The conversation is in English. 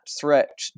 threat